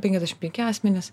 penkiasdešim penki asmenys